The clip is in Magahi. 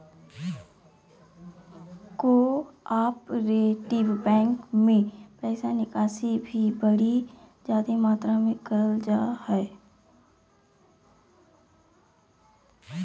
कोआपरेटिव बैंक मे पैसा निकासी भी बड़ी जादे मात्रा मे करल जा हय